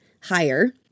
higher